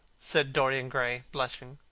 said dorian gray, blushing.